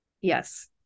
Yes